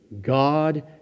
God